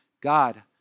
God